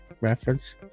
reference